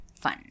fun